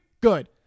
Good